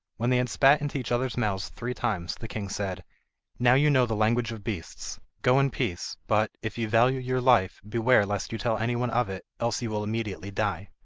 when they had spat into each other's mouths three times, the king said now you know the language of beasts, go in peace but, if you value your life, beware lest you tell any one of it, else you will immediately die